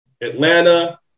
Atlanta